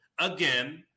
Again